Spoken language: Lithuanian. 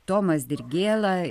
tomas dirgėla